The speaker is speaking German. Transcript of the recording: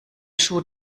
schuh